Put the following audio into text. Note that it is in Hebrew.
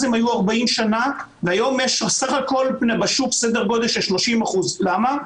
אז הם היו 40 שנה והיום יש בשוק סך הכל סדר גודל של 30%. למה?